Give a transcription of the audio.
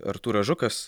artūras žukas